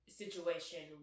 situation